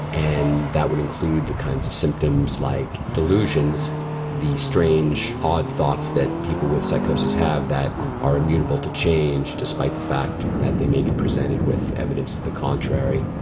and that would include the kinds of symptoms like delusions the strange, odd thoughts that people with psychosis have that are immutable to change despite the fact that they may be presented with evidence to the contrary.